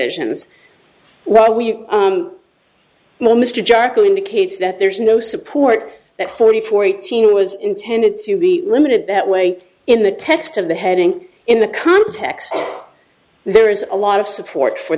know mr jarkko indicates that there is no support that forty four eighteen was intended to be limited that way in the text of the heading in the context there is a lot of support for